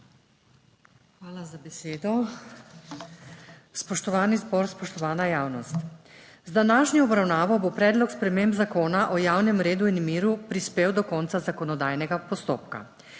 Hvala za besedo. Spoštovani zbor, spoštovana javnost. Z današnjo obravnavo bo Predlog sprememb Zakona o javnem redu in miru prispel do konca zakonodajnega postopka.